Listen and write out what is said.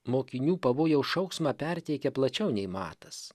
mokinių pavojaus šauksmą perteikia plačiau nei matas